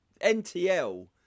NTL